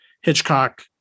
Hitchcock